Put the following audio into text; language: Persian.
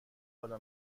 بالا